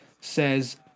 says